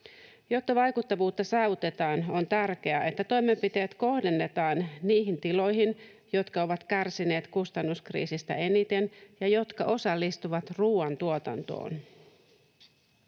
Jotta vaikuttavuutta saavutetaan, on tärkeää, että toimenpiteet kohdennetaan niille tiloille, jotka ovat kärsineet kustannuskriisistä eniten ja jotka osallistuvat ruuantuotantoon.